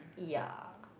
ya